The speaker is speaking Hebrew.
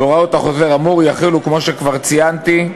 הוראות החוזר האמור יחולו, כמו שכבר ציינתי,